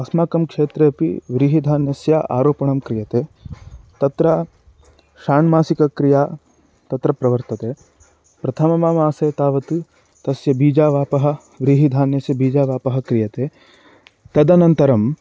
अस्माकं क्षेत्रेपि व्रीहिधान्यस्य आरोपणं क्रियते तत्र षाण्मासिकक्रिया तत्र प्रवर्तते प्रथमं मासे तावत् तस्य बीजावापः व्रीहिधान्यस्य बीजावापः क्रियते तदनन्तरम्